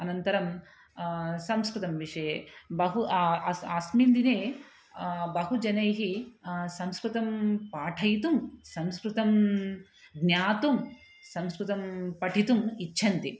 अनन्तरं संस्कृतविषये बहु आ अस्मिन् दिने बहवः जनैः संस्कृतं पाठयितुं संस्कृतं ज्ञातुं संस्कृतं पठितुम् इच्छन्ति